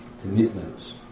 commitments